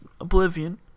oblivion